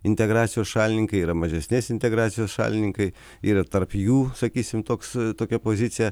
integracijos šalininkai yra mažesnės integracijos šalininkai yra tarp jų sakysim toks tokia pozicija